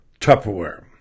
Tupperware